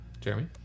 Jeremy